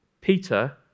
Peter